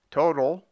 total